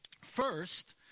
First